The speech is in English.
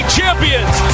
champions